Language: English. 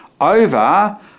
over